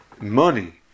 money